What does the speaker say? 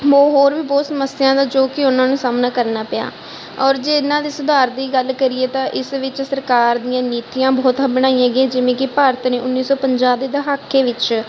ਵੋ ਹੋਰ ਵੀ ਬਹੁਤ ਸਮੱਸਿਆ ਦਾ ਜੋ ਕਿ ਉਹਨਾਂ ਨੂੰ ਸਾਹਮਣਾ ਕਰਨਾ ਪਿਆ ਔਰ ਜੇ ਇਹਨਾਂ ਦੇ ਸੁਧਾਰ ਦੀ ਗੱਲ ਕਰੀਏ ਤਾਂ ਇਸ ਵਿੱਚ ਸਰਕਾਰ ਦੀਆਂ ਨੀਤੀਆਂ ਬਹੁਤ ਬਣਾਈਆਂ ਗਈਆਂ ਜਿਵੇਂ ਕਿ ਭਾਰਤ ਨੇ ਉੱਨੀ ਸੌ ਪੰਜਾਹ ਦੇ ਦਹਾਕੇ ਵਿੱਚ